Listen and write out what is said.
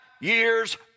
years